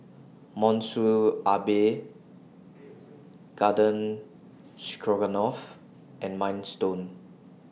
Monsunabe Garden Stroganoff and Minestrone